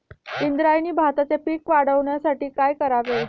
इंद्रायणी भाताचे पीक वाढण्यासाठी काय करावे?